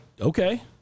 Okay